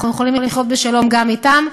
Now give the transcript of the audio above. אנחנו יכולים לחיות בשלום גם אתם.